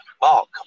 Mark